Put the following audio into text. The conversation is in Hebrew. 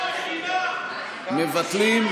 מבטלים?